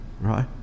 right